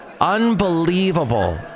unbelievable